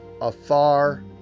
afar